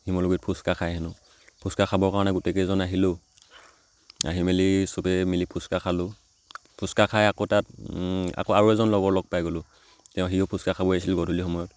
শিমলুগুৰিত ফুচকা খাই হেনো ফুচকা খাবৰ কাৰণে গোটেইকেইজন আহিলোঁ আহি মেলি চবেই মিলি ফুচকা খালোঁ ফুচকা খাই আকৌ তাত আকৌ আৰু এজন লগৰ লগ পাই গ'লোঁ তেওঁ সিও ফুচকা খাবই আহিছিল গধূলি সময়ত